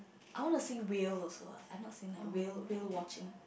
I wanna see whale also uh I've not seen like whale whale watching